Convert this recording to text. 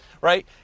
right